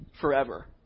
forever